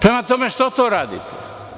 Prema tome, što to radite?